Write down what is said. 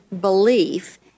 belief